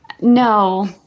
No